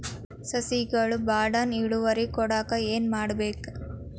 ಸಸ್ಯಗಳು ಬಡಾನ್ ಇಳುವರಿ ಕೊಡಾಕ್ ಏನು ಮಾಡ್ಬೇಕ್?